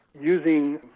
using